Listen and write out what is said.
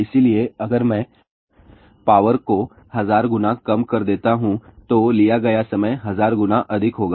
इसलिए अगर मैं पावर को 1000 गुना कम कर देता हूं तो लिया गया समय 1000 गुना अधिक होगा